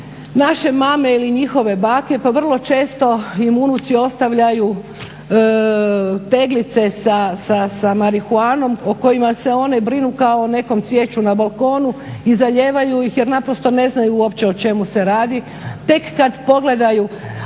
naše mame ili njihove bake, pa vrlo često im unuci ostavljaju teglice sa marihuanom o kojima se one brinu kao o nekom cvijeću na balkonu i zalijevaju ih, jer naprosto ne znaju uopće o čemu se radi. Tek kad pogledaju,